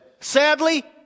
Sadly